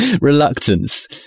reluctance